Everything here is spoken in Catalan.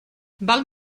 val